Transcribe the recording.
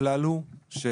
הכלל הוא שתגמול